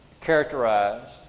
characterized